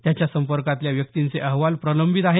त्याच्या संपर्कातल्या व्यक्तींचे अहवाल प्रलंबित आहेत